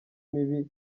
mibi